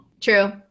True